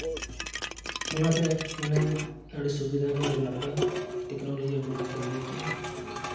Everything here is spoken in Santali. ᱚᱱᱟᱛᱮ ᱢᱟᱱᱮ ᱟᱹᱰᱤ ᱥᱩᱵᱤᱫᱷᱟ ᱜᱮ ᱟᱹᱰᱤ ᱱᱟᱯᱟᱭ ᱴᱮᱠᱱᱳᱞᱚᱡᱤ ᱟᱵᱚ ᱞᱟᱹᱜᱤᱫ ᱠᱟᱹᱢᱤ ᱟᱠᱟᱫ ᱟᱭ